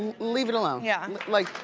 leave it alone. yeah. like,